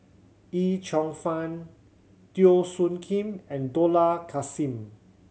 Yip Cheong Fun Teo Soon Kim and Dollah Kassim